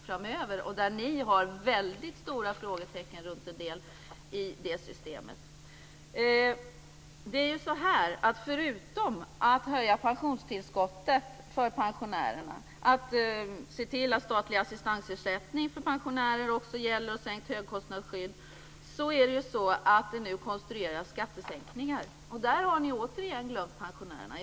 För er del finns det väldigt stora frågetecken kring en del saker i det systemet. Förutom att höja pensionstillskottet för pensionärerna och att se till att statlig assistansersättning för pensionärer också gäller - dessutom handlar det om sänkt högkostnadsskydd - konstrueras nu skattesänkningar. Där har ni återigen glömt pensionärerna.